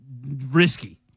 risky